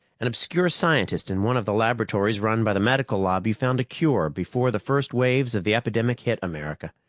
an obscure scientist in one of the laboratories run by the medical lobby found a cure before the first waves of the epidemic hit america.